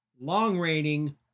long-reigning